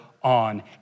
on